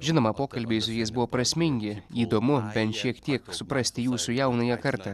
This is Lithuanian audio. žinoma pokalbiai su jais buvo prasmingi įdomu bent šiek tiek suprasti jūsų jaunąją kartą